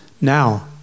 Now